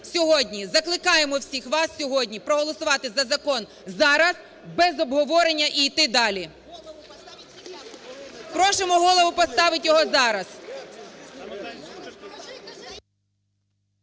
сьогодні. Закликаємо всіх вас сьогодні проголосувати за закон зараз без обговорення і йти далі. Просимо Голову поставити його зараз.